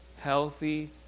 healthy